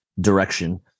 direction